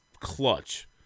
clutch